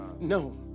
No